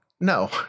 no